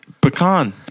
Pecan